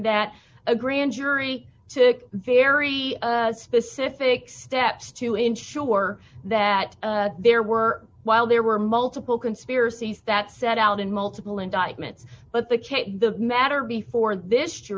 that a grand jury took very specific steps to ensure that there were while there were multiple conspiracies that set out in multiple indictments but the case the matter before this